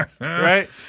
Right